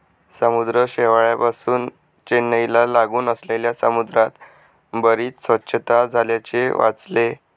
समुद्र शेवाळापासुन चेन्नईला लागून असलेल्या समुद्रात बरीच स्वच्छता झाल्याचे वाचले